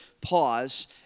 pause